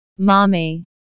Mommy